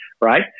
right